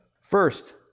First